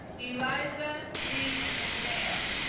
eliza d. mcnair,